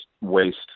waste